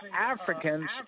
Africans